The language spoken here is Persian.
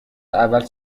اول